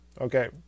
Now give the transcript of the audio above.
okay